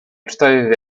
cztery